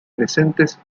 presentes